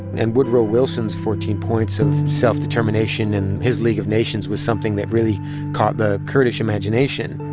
and woodrow wilson's fourteen points of self-determination and his league of nations was something that really caught the kurdish imagination.